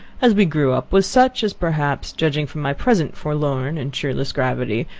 as we grew up, was such, as perhaps, judging from my present forlorn and cheerless gravity,